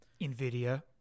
nvidia